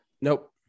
Nope